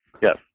Yes